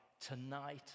tonight